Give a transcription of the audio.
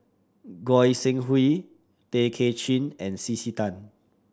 Goi Seng Hui Tay Kay Chin and C C Tan